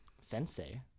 Sensei